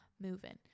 moving